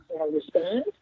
understand